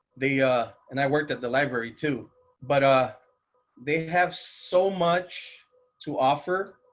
the and i worked at the library to but ah they have so much to offer.